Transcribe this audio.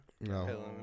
No